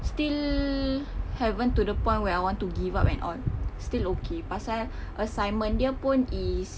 still haven't to the point where I want to give up and all still okay pasal assignment dia pun is